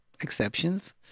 exceptions